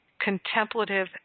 contemplative